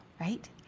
right